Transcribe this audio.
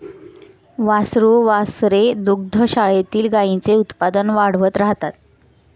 वासरू वासरे दुग्धशाळेतील गाईंचे उत्पादन वाढवत राहतात